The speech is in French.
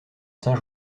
saint